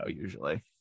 usually